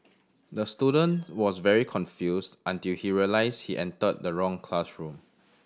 the student was very confused until he realised he entered the wrong classroom